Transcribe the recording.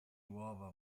uova